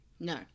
No